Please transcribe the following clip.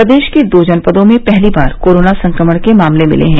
प्रदेश के दो जनपदों में पहली बार कोरोना संक्रमण के मामले मिले हैं